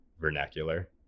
vernacular